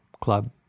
club